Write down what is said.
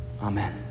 Amen